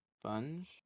sponge